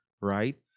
right